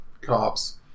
cops